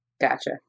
Gotcha